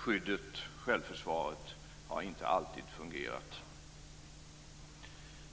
Skyddet, självförsvaret, har inte alltid fungerat.